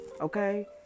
Okay